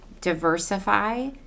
diversify